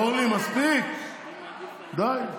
אורלי, מספיק, די.